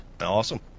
Awesome